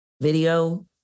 Video